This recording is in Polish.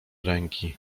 ręki